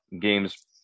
games